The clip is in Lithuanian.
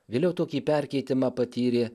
vėliau tokį perkeitimą patyrė